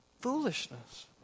Foolishness